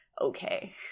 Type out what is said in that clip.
okay